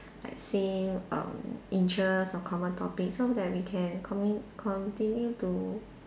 like same um interest or common topic so that we can commu~ continue to